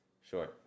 sure